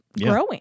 growing